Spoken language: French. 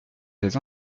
des